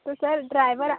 तो sir driver